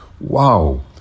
wow